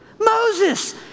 Moses